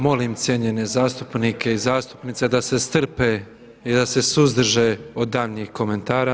Molim cijenjene zastupnike i zastupnice da se strpe i da se suzdrže od daljnjih komentara.